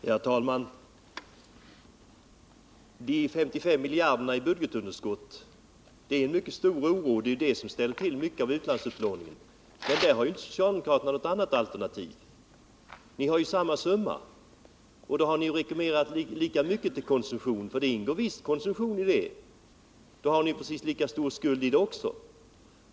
Herr talman! De 55 miljarderna i budgetunderskott ger anledning till mycket stor oro, och det är detta som i hög grad förorsakar utlandsupplåningen. Men här har ju inte socialdemokraterna något alternativ. Ni har ju samma summa och har också rekommenderat lika mycket för konsumtion. Det ingår helt visst konsumtion i summan, och därför har ni precis lika stor skuld.